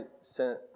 sent